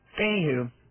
Anywho